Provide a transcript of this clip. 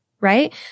right